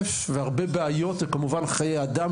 בכסף, בבעיות, וכמובן בחיי אדם.